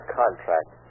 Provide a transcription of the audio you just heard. contract